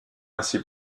ainsi